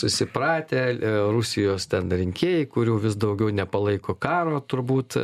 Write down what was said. susipratę rusijos rinkėjai kurių vis daugiau nepalaiko karo turbūt